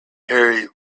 harry